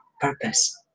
purpose